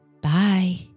Bye